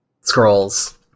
scrolls